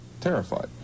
terrified